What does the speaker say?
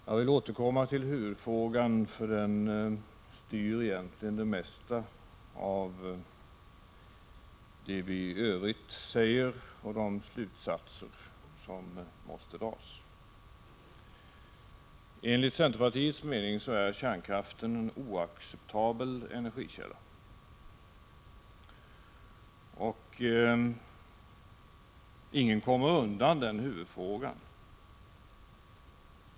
Herr talman! Jag vill återkomma till huvudfrågan, därför att den egentligen styr det mesta av vad vi i övrigt säger och de slutsatser som måste dras. Enligt centerpartiets mening är kärnkraften en oacceptabel energikälla. Ingen kommer undan den huvudfrågan.